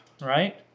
right